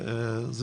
זה